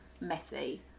messy